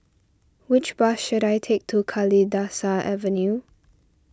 which bus should I take to Kalidasa Avenue